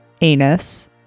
anus